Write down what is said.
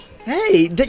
Hey